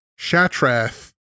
shatrath